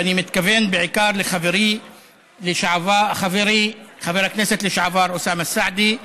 ואני מתכוון בעיקר לחברי חבר הכנסת לשעבר אוסאמה סעדי,